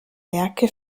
werke